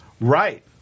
Right